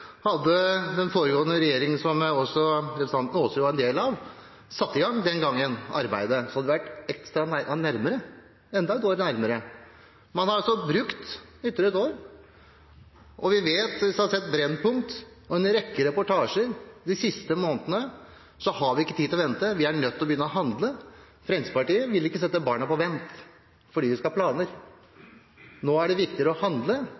Hadde den foregående regjeringen, som også representanten Aasrud var en del av, satt i gang arbeidet den gangen, hadde man vært ett steg nærmere – enda et år nærmere. Man har brukt ytterligere et år. Hvis man har sett Brennpunkt og en rekke reportasjer de siste månedene, vet man at vi ikke har tid til å vente. Vi er nødt til å begynne å handle. Fremskrittspartiet vil ikke sette tiltak for barna på vent fordi vi skal ha planer. Nå er det viktigere å handle,